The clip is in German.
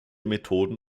methoden